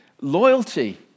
loyalty